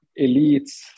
elites